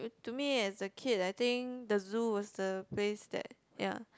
to me as a kid I think the zoo was the place that ya